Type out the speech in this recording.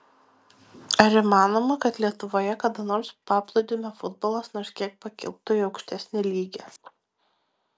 ar įmanoma kad lietuvoje kada nors paplūdimio futbolas nors kiek pakiltų į aukštesnį lygį